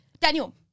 Daniel